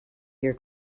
here